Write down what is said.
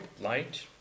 light